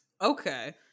okay